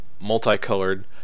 multicolored